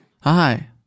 Hi